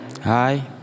Hi